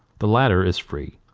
the latter is free.